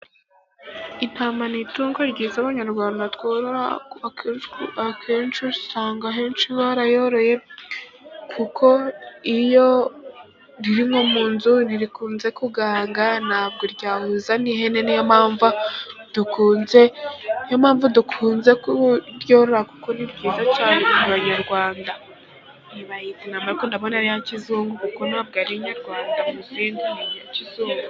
Intama ni itungo ryiza Abanyarwanda tworora, akenshi usanga ahenshi barayoroye, kuko iyo riri nko mu nzu nta bwo rikunze kugaragara. Nta bwo ryahuza n'ihene ni yo mpamvu dukunze kuryorora, kuko ni ryiza cyane ku Banyarwanda. Iyi bayita intama ariko ndabona ari iya kizungu kuko nta bwo ari inyarwanda mu zindi, ni iya kizungu.